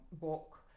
book